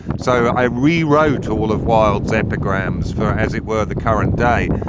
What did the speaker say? so i rewrote all of wild's epigrams for, as it were, the current day.